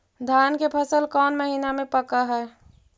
धान के फसल कौन महिना मे पक हैं?